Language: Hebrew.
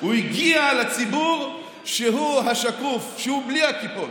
הוא הגיע לציבור שהוא השקוף, לציבור בלי הכיפות.